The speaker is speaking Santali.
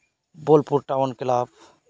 Bolpur town club